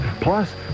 plus